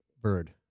bird